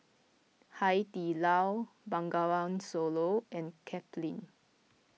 Hai Di Lao Bengawan Solo and Kipling